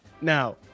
Now